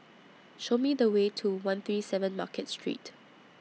Show Me The Way to one three seven Market Street